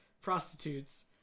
prostitutes